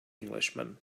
englishman